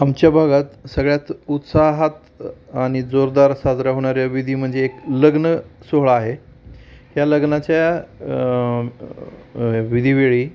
आमच्या भागात सगळ्यात उत्साहात आणि जोरदार साजरा होणाऱ्या विधी म्हणजे एक लग्न सोहळा आहे या लग्नाच्या विधीवेळी